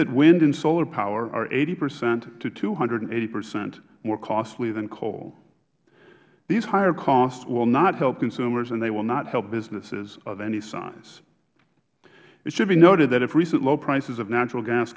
that wind and solar power are eighty percent to two hundred and eighty percent more costly than coal these higher costs will not help consumers and they will not help businesses of any size it should be noted that if recent low prices of natural gas